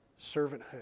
servanthood